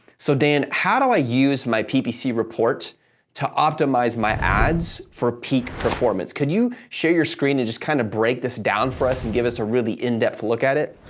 so, dan, how do i use my ppc report to optimize my ads for peak performance? could you share your screen and just kind of break this down for us and give us a really in depth look at it?